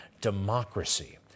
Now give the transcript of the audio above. Democracy